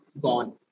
gone